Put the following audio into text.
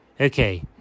Okay